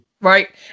Right